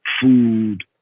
food